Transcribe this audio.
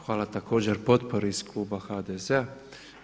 Hvala također potpori iz kluba HDZ-a.